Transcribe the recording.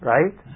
Right